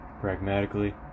Pragmatically